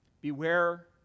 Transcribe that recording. Beware